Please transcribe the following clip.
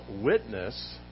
witness